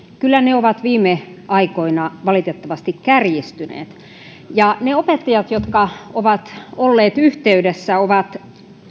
kyllä ne ovat viime aikoina valitettavasti kärjistyneet ne opettajat jotka ovat olleet yhteydessä ovat